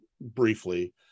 briefly